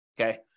Okay